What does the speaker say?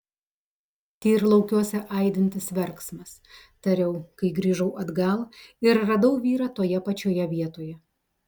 tyrlaukiuose aidintis verksmas tariau kai grįžau atgal ir radau vyrą toje pačioje vietoje